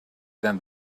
than